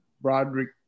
Broderick